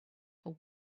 for